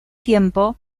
tiempo